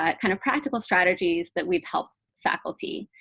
ah kind of practical strategies that we've helped faculty.